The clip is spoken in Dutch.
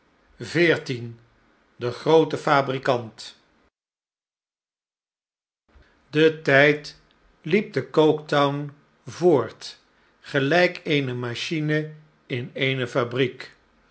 xiv de groote fabrikant de tijd liep tecoketown voort gelijk eene machine in eene fabriek